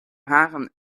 haren